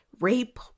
rape